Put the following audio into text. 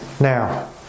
Now